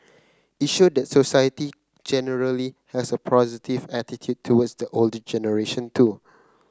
it showed that society generally has a positive attitude towards the older generation too